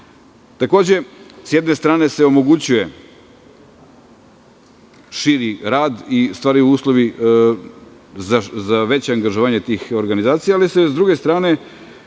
nužno. Takođe, s jedne strane se omogućuje širi rad i stvaraju uslovi za veće angažovanje tih organizacija, ali se s druge strane,